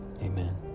Amen